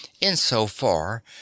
insofar